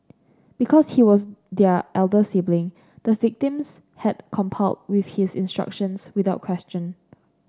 because he was their elder sibling the victims had complied with his instructions without question